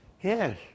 Yes